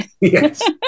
yes